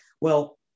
well-